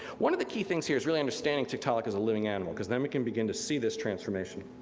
one of the key things here is really understanding tiktaalik as a living animal, because then we can begin to see this transformation,